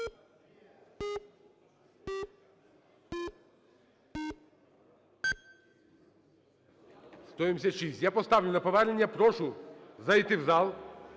Я поставлю на повернення. Прошу зайти в зал,